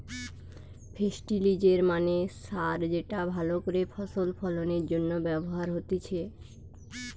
ফেস্টিলিজের মানে সার যেটা ভালো করে ফসল ফলনের জন্য ব্যবহার হতিছে